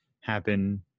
happen